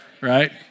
right